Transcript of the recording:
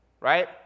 right